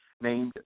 named